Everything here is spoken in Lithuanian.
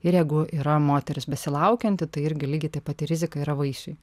ir jeigu yra moteris besilaukianti tai irgi lygiai taip pat ir rizika yra vaisiui